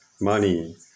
money